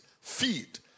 feed